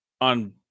on